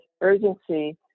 urgency